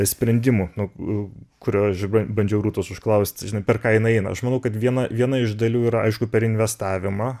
sprendimų nu kurio aš ban bandžiau rūtos užklausti žinai per ką jinai eina aš manau kad viena viena iš dalių yra aišku per investavimą